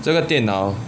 这个电脑